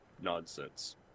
nonsense